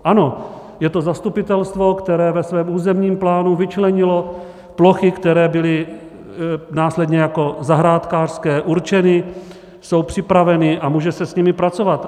Ano, je to zastupitelstvo, které ve svém územním plánu vyčlenilo plochy, které byly následně jako zahrádkářské určeny, jsou připraveny a může se s nimi pracovat.